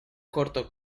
corto